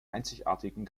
einzigartigen